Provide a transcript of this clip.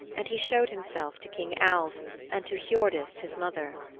and he showed himself to king alv and to hiordis, his mother.